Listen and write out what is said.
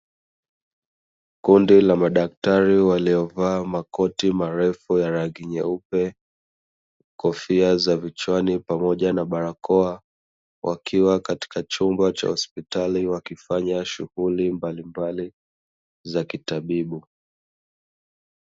Kundi la madaktari waliovaa makoti marefu ya rangi nyeupe, kofia za vichwani pamoja na barakoa wakiwa katika chumba cha hospitali wakifanya shuguli mbalimbali za kitabibu.